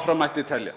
Áfram mætti telja.